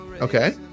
Okay